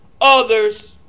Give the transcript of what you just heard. others